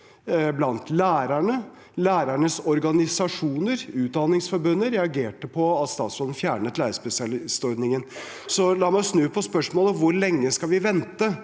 elevene, lærerne og lærernes organisasjoner. Utdanningsforbundet reagerte på at statsråden fjernet lærerspesialistordningen. La meg snu på spørsmålet: Hvor lenge skal vi vente